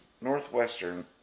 Northwestern